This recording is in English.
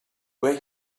where